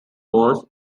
was